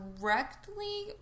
directly